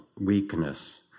weakness